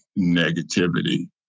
negativity